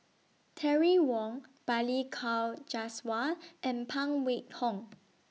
Terry Wong Balli Kaur Jaswal and Phan Wait Hong